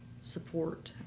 support